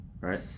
right